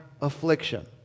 affliction